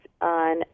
on